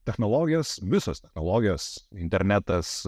technologijos visos technologijos internetas